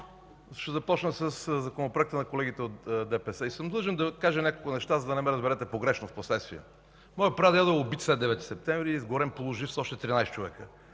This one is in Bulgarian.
Ще започна със Законопроекта на колегите от ДПС. Длъжен съм да кажа няколко неща, за да не ме разберете погрешно впоследствие. Моят прадядо е убит след 9 септември, изгорен полужив с още 13 човека.